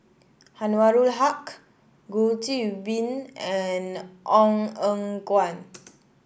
Anwarul Haque Goh Qiu Bin and Ong Eng Guan